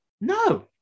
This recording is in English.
no